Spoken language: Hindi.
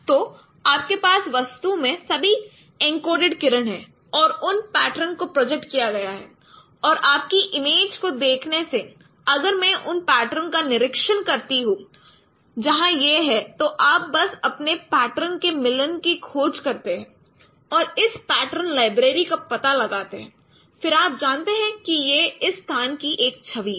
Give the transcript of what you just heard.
तो आपके पास वस्तु में सभी एन्कोडेड किरण हैं और उन पैटर्न को प्रोजेक्ट किया गया है और आपकी इमेज को देखने से अगर मैं उन पैटर्नों का निरीक्षण करता हूं जहां यह है तो आप बस अपने पैटर्न के मिलन की खोज करते है और इस पैटर्न लाइब्रेरी का पता लगाते हैं फिर आप जानते हैं कि यह इस स्थान की एक छवि है